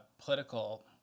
political